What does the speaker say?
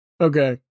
Okay